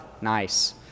Nice